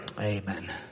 Amen